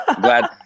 Glad